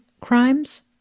crimes